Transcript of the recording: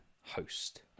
Host